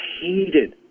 hated